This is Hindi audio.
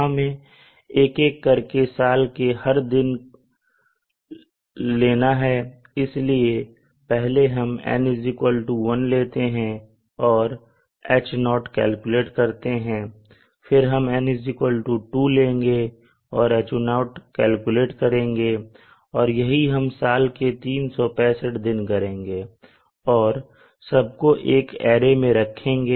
हमें एक एक करके साल का हर दिन लेना है इसलिए पहले हम N1 लेते हैं और H0 कैलकुलेट करते है फिर हम फिर N2 लेंगे और H0 कैलकुलेट करेंगे और यही हम साल के 365 दिन करेंगे और सबको एक अरे में रखेंगे